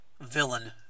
villain